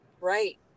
right